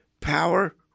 power